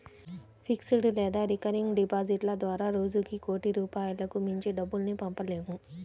fixed లేదా recurring డిపాజిట్ల ద్వారా రోజుకి కోటి రూపాయలకు మించి డబ్బుల్ని పంపలేము